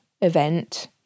event